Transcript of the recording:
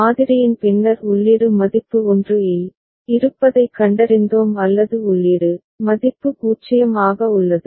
மாதிரியின் பின்னர் உள்ளீடு மதிப்பு 1 இல் இருப்பதைக் கண்டறிந்தோம் அல்லது உள்ளீடு மதிப்பு 0 ஆக உள்ளது